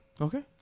Okay